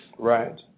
Right